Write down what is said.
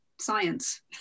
science